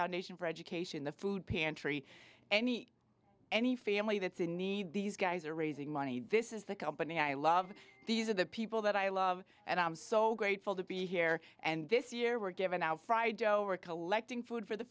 foundation for education the food pantry any any family that's in need these guys are raising money this is the company i love these are the people that i love and i'm so grateful to be here and this year we're given out fried dough or collecting food for the